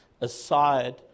aside